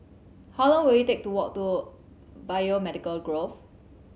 how long will it take to walk to Biomedical Grove